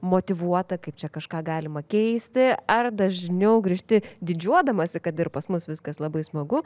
motyvuota kaip čia kažką galima keisti ar dažniau grįžti didžiuodamasi kad ir pas mus viskas labai smagu